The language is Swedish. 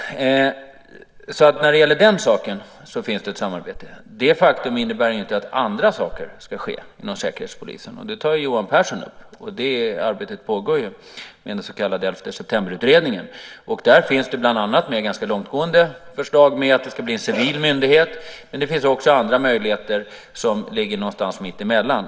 Så när det gäller den saken finns det ett samarbete. Men det innebär ju inte att det inte bör ske andra saker inom Säkerhetspolisen, vilket också Johan Pehrson tar upp. Det arbetet pågår ju i den så kallade 11 september-utredningen. I den finns det ganska långtgående förslag om att det ska inrättas en civil myndighet. Men det finns också andra möjligheter som ligger någonstans mittemellan.